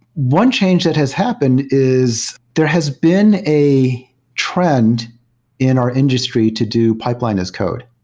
one change that has happened is there has been a trend in our industry to do pipeline as code,